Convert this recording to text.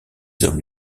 hommes